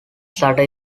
sutter